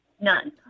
None